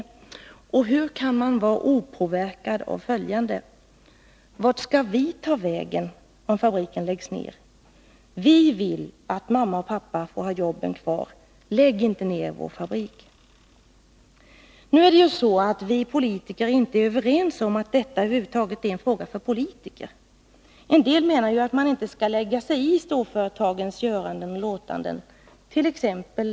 Jag undrar hur man kan vara opåverkad av följande: ”Vart ska vi ta vägen om fabriken läggs ner? Vi vill att mamma och pappa får ha jobben kvar. Lägg inte ner vår fabrik.” Nu är det ju så att vi politiker inte är överens om att detta över huvud taget är en fråga för politiker. En del menar ju att man inte skall lägga sig i storföretagens göranden och låtanden —t.ex.